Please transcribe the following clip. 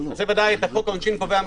את חוק העונשין קובע המחוקק.